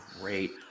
great